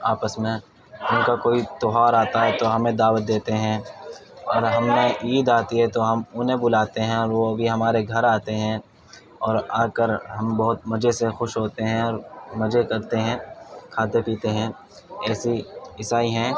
آپس میں ان کا کوئی تہوار آتا ہے تو ہمیں دعوت دیتے ہیں اور ہم میں عید آتی ہے تو ہم انہیں بلاتے ہیں اور وہ بھی ہمارے گھر آتے ہیں اور آ کر ہم بہت مزے سے خوش ہوتے ہیں اور مزے کرتے ہیں کھاتے پیتے ہیں ایسے ہی عیسائی ہیں